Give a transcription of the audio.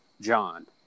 John